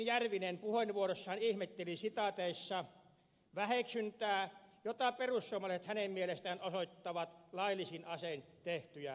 järvinen puheenvuorossaan ihmetteli väheksyntää jota perussuomalaiset hänen mielestään osoittavat laillisin asein tehtyjä tappoja kohtaan